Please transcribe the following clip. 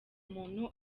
muntu